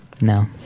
No